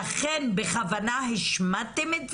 לכן בכוונה השמטתם את זה?